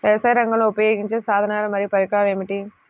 వ్యవసాయరంగంలో ఉపయోగించే సాధనాలు మరియు పరికరాలు ఏమిటీ?